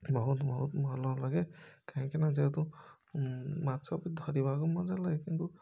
ବହୁତ୍ ବହୁତ୍ ଭଲଲାଗେ କାହିଁକିନା ଯେହେତୁ ମାଛ ଧରିବାକୁ ମଜା ଲାଗେ କିନ୍ତୁ